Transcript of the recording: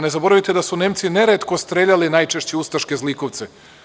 Ne zaboravite da su Nemci neretko streljali najčešće ustaške zlikovce.